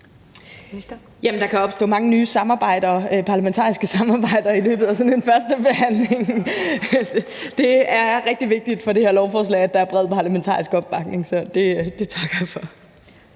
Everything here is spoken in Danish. der kan opstå mange nye parlamentariske samarbejder i løbet af sådan en førstebehandling. Det er rigtig vigtigt for det her lovforslag, at der er bred parlamentarisk opbakning, så det takker jeg for.